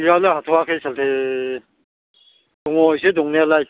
गैया दा हाथ'आखै साल्थे दङ एसे दंनायालाय